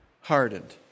hardened